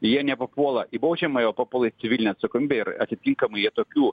jie nepapuola į baudžiamąją o paluola į civilinę atsakomybę ir atitinkamai jie tokių